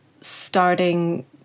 starting